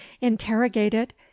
Interrogated